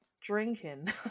drinking